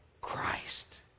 Christ